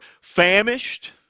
famished